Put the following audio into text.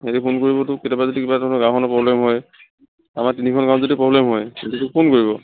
সিহঁতে ফোন কৰিব তোক কেতিয়াবা যদি কিবা তহঁতৰ গাঁওখনৰ প্ৰ'ব্লেম হয় আমাৰ তিনিখন গাঁৱত যদি প্ৰ'ব্লেম হয় সিহঁতে ফোন কৰিব